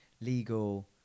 legal